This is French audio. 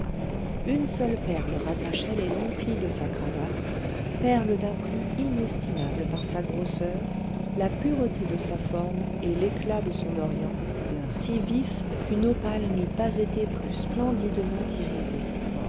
une seule perle rattachait les longs plis de sa cravate perle d'un prix inestimable par sa grosseur la pureté de sa forme et l'éclat de son orient si vif qu'une opale n'eût pas été plus splendidement irisée